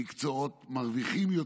למקצועות רווחיים יותר,